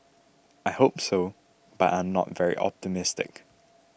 I hope so but I am not very optimistic